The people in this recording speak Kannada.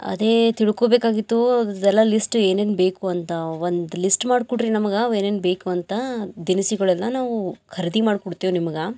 ಅದೇ ತಿಳ್ಕೊಬೇಕಾಗಿತ್ತೂ ಅದೆಲ್ಲ ಲಿಸ್ಟ್ ಏನೇನು ಬೇಕು ಅಂತ ಒಂದು ಲಿಸ್ಟ್ ಮಾಡಿಕೊಡ್ರಿ ನಮಗೆ ಅವು ಏನೇನು ಬೇಕು ಅಂತ ದಿನಸಿಗಳೆಲ್ಲ ನಾವು ಖರೀದಿ ಮಾಡ್ಕೊಡ್ತೆವೆ ನಿಮಗೆ